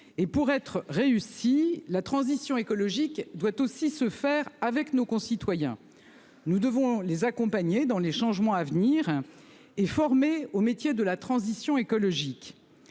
et pour être réussi la transition écologique doit aussi se faire avec nos concitoyens, nous devons les accompagner dans les changements à venir et formés aux métiers de la transition écologique.